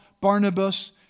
Barnabas